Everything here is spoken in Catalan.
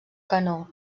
canó